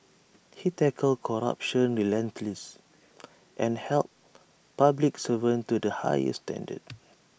he tackled corruption relentless and held public servants to the highest standards